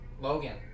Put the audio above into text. Logan